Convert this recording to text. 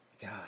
god